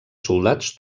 soldats